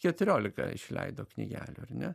keturiolika išleido knygelių ar ne